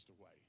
away